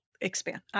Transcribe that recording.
expand